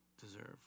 deserve